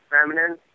Feminine